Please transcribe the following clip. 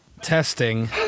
Testing